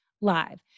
live